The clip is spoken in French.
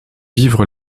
vivre